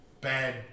bad